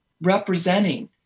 representing